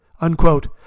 Unquote